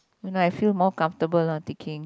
when I feel more comfortable ah ticking